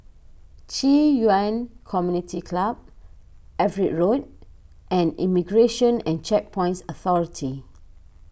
Qi Yuan Community Club Everitt Road and Immigration and Checkpoints Authority